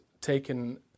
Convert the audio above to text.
taken